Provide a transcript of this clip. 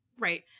Right